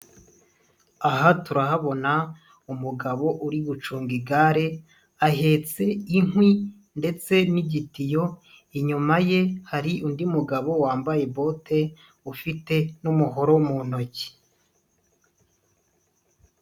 Aha turahabona umugabo uri gucunga igare, ahetse inkwi ndetse n'igitiyo, inyuma ye hari undi mugabo wambaye bote, ufite n'umuhoro mu ntoki.